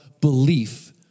belief